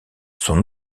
sont